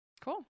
Cool